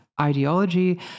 ideology